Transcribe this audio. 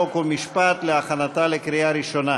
חוק ומשפט להכנתה לקריאה ראשונה.